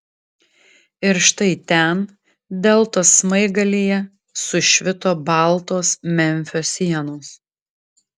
ir štai ten deltos smaigalyje sušvito baltos memfio sienos